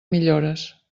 millores